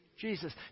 Jesus